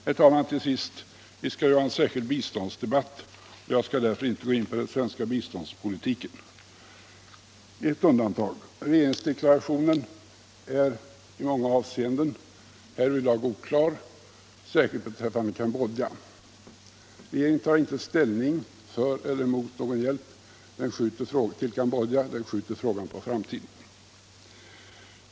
Till sist, herr talman: Vi skall ju ha en särskild biståndsdebatt, och jag går därför inte in på den svenska biståndspolitiken — med ett undantag. Regeringsdeklarationen är i många avseenden härvidlag oklar, särskilt beträffande Cambodja. Regeringen tar inte ställning för eller emot någon hjälp till Cambodja; den skjuter frågan på framtiden.